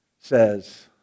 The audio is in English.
says